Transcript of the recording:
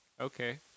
okay